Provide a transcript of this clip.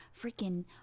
freaking